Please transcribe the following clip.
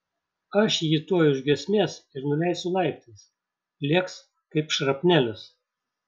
aš jį tuoj už giesmės ir nuleisiu laiptais lėks kaip šrapnelis